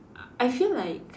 uh I feel like